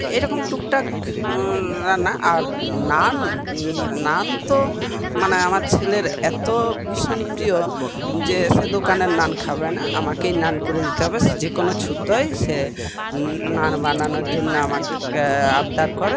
এরকম টুকটাক রান্না আর নান নান তো মানে আমার ছেলের এতো ভীষণ প্রিয় যে সে দোকানের নান খাবে না আমাকেই নান করে দিতে হবে সে যেকোনও ছুতোয় সে নার বানানোর জন্য আমাকে আবদার করে